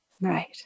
Right